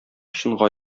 чынга